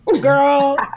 Girl